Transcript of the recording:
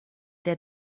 der